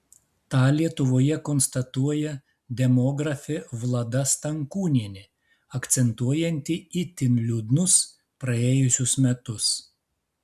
tą lietuvoje konstatuoja demografė vlada stankūnienė akcentuojanti itin liūdnus praėjusius metus